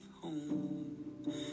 home